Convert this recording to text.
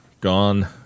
gone